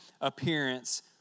appearance